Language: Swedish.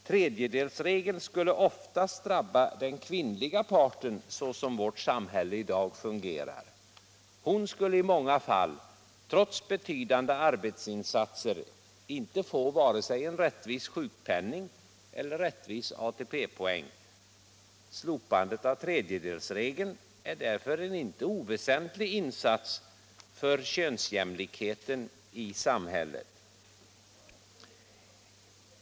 Tredjedelsregeln skulle oftast drabba den kvinnliga parten som vårt samhälle i dag fungerar. Hon skulle i många fall, trots betydande arbetsinsatser, inte få vare sig en rättvis sjukpenning eller en rättvis ATP poäng. Slopandet av tredjedelsregeln är därför en inte oväsentlig insats för könsjämlikheten i samhället.